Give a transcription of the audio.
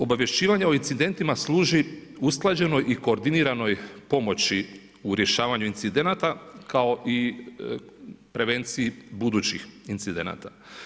Obavješćivanje o incidentima služi usklađenoj i koordiniranoj pomoći u rješavanju incidenata kao i prevenciji budućih incidenata.